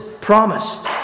promised